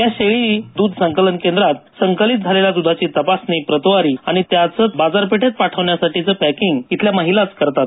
या शेळी द्ध संकलन केंद्रात संकलित झालेल्या द्धाची तपासणी प्रतवारी आणि त्याचं बाजारपेठेत पाठवण्यासाठी पॅकिंग इथल्या महिलाच करतात